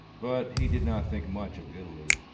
but he did not think much of italy.